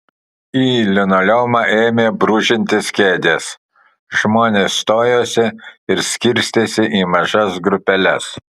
į linoleumą ėmė brūžintis kėdės žmonės stojosi ir skirstėsi į mažas grupeles